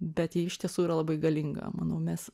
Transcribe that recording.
bet ji iš tiesų yra labai galinga manau mes